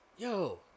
Yo